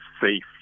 safe